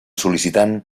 sol·licitant